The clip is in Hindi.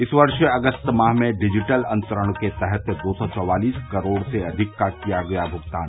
इस वर्ष अगस्त माह में डिजिटल अंतरण के तहत दो सौ चौवालीस करोड़ से अधिक का किया गया भुगतान